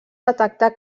detectar